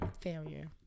failure